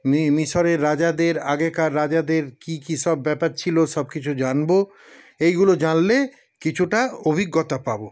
মিশরের রাজাদের আগেকার রাজাদের কি কি সব ব্যাপার ছিল সবকিছু জানব এইগুলো জানলে কিছুটা অভিজ্ঞতা পাব